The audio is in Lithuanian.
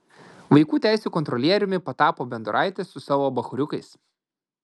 vaikų teisių kontrolieriumi patapo bendoraitis su savo bachūriukais